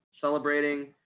celebrating